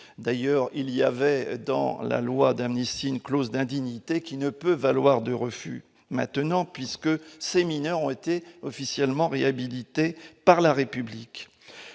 d'ailleurs, il y avait dans la loi d'amnistie une clause d'indignité qui ne peut valoir de refus maintenant puisque ces mineurs ont été officiellement réhabilité par la République,